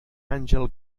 àngel